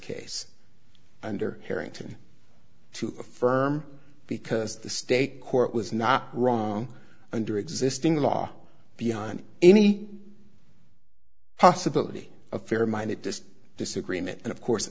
case under harrington to affirm because the state court was not wrong under existing law beyond any possibility of fair minded just disagreement and of course